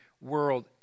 world